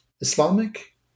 Islamic